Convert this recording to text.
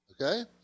Okay